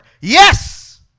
Yes